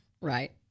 Right